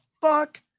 fuck